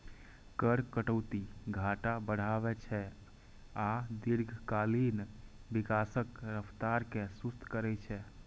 कर कटौती घाटा बढ़ाबै छै आ दीर्घकालीन विकासक रफ्तार कें सुस्त करै छै